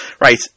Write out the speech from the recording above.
Right